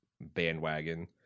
Bandwagon